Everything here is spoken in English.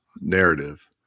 narrative